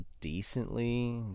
decently